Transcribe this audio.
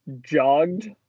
jogged